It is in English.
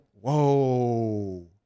Whoa